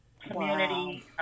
community